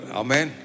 amen